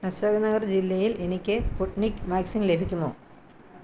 അശോക്നഗർ ജില്ലയിൽ എനിക്ക് Sputnik vaccine ലഭിക്കുമോ